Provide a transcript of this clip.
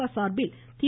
க சார்பில் தி